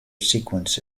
sequence